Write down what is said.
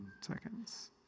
seconds